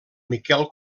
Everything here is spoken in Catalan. miquel